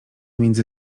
między